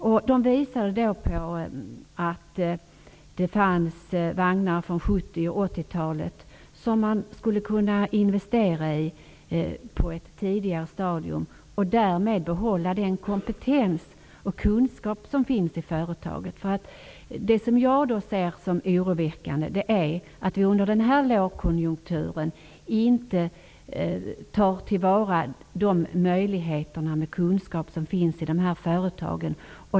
Man påvisade att det finns vagnar från 1970 och 1980-talet som det på ett tidigare stadium skulle kunna investeras i, för att därmed behålla den kompetens och kunskap som finns i företaget. Det som är oroväckande är att vi under innevarande lågkonjunktur inte tar till vara de möjligheter till kunskap som finns i dessa företag.